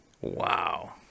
Wow